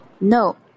No